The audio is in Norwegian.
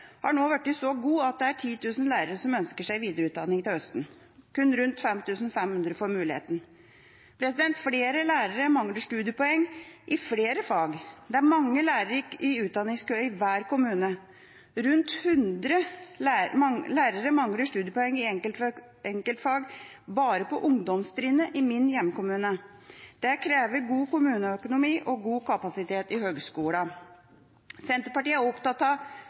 nå har blitt så god at det er 10 000 lærere som ønsker seg videreutdanning til høsten. Kun rundt 5 500 får muligheten. Flere lærere mangler studiepoeng i flere fag. Det er mange lærere i utdanningskø i hver kommune. Rundt 100 lærere mangler studiepoeng i enkeltfag bare på ungdomstrinnet i min hjemkommune. Dette krever god kommuneøkonomi og god kapasitet i høgskolene. Senterpartiet er også opptatt av